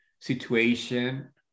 situation